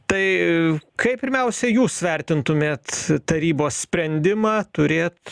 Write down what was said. tai kaip pirmiausia jūs vertintumėt tarybos sprendimą turėt